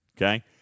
Okay